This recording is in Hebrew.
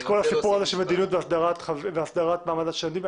כל הסיפור הזה של מדיניות והסדרת השנים.